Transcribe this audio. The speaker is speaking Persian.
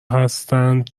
هستند